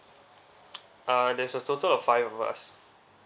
uh there's a total of five of us